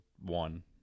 one